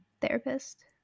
therapist